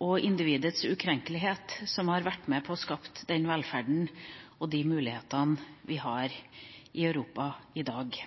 og individets ukrenkelighet som har vært med på å skape den velferden og de mulighetene vi har i Europa i dag.